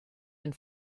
den